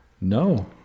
no